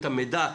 הכול אצלנו סרוק.